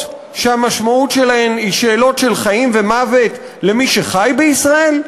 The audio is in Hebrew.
שהמשמעות שלהן היא שאלות של חיים ומוות למי שחי בישראל?